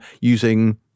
using